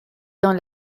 dans